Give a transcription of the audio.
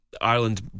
Ireland